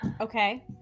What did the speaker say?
okay